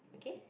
okay